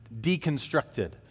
deconstructed